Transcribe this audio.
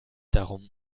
darum